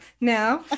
now